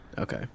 Okay